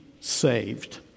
saved